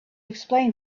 explain